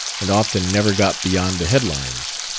and often never got beyond the headlines.